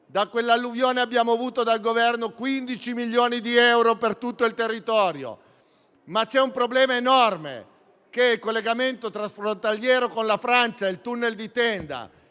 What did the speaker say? Per quell'alluvione abbiamo avuto dal Governo 15 milioni di euro per tutto il territorio. C'è però un problema enorme, perché il collegamento transfrontaliero con la Francia, il tunnel di Tenda